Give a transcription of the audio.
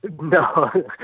no